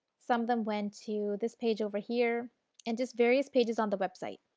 some of them went to this page over here and just various pages on the website.